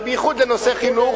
ובייחוד לנושא חינוך,